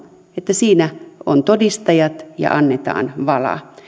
että siinä on todistajat ja annetaan vala